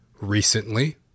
recently